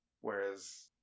whereas